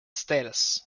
status